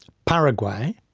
paraguay,